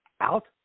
out